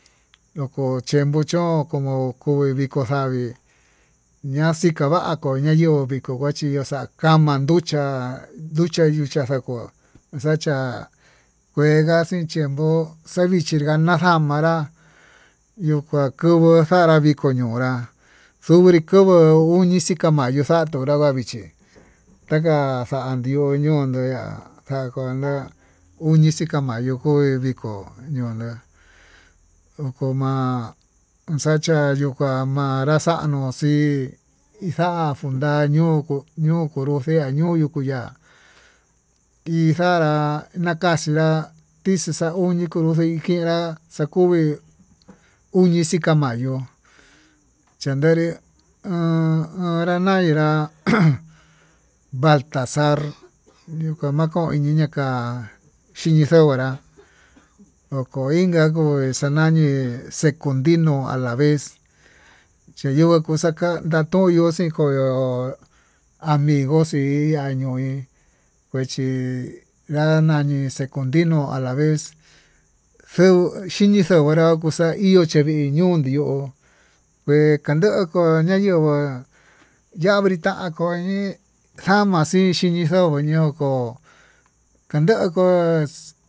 Noko chienpo chón komo viko xavii, ñaxii keva'a ko'ó ñaño viko kuachí ko xakuá amanducha nduchá nduchá xakuá, xachá njuega xii tiempo xarvichinga naxavanrá ñokakuvuu xanrá viko ñonrá xobri kobo uni xika'a mayó xa'a tunrá va'a vichí taka xandío ñoo ndi'á jakuana'a uni xika mayó kue viko ñonó, oko ma'a xachá yuka ma'á manra xano xii, inja unda ñoo ñokuu no konrunjia ñoño kuña'a iin xanrá nakaxii ya'á tixii xauñi unika xinrá xakuvii uñi xika mayó, chanderí ho honra nainrá ajan baltazar kañakoñii ñaká xinxanguerá oko inka koí xañañi xekuntinó alavez xañuni xhikaka ndantoyo xiin koyó, amigo xii añuí kuichi ya'a nani xekuntino alavez nfeu xinikuna ukuu xa'a ihó xheí ñundió kuee kanduko ñayokó, ya'á britan koñii xama'a xhii xaman ñon ko'o kandoko.